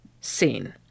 seen